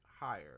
higher